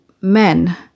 men